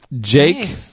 Jake